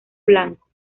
blanco